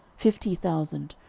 fifty thousand,